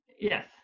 Yes